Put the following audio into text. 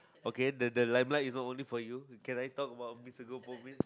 okay there the limelight is not only for you can I talk about mister Goh-Bo-Peng